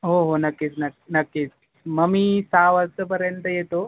हो हो नक्कीच न नक्कीच मग मी सहा वाजतापर्यंत येतो